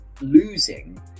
losing